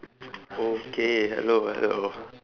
okay hello hello